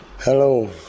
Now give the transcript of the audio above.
Hello